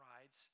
rides